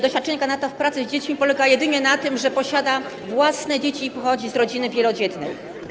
Doświadczenie kandydata w pracy z dziećmi polega jedynie na tym, że posiada własne dzieci i pochodzi z rodziny wielodzietnej.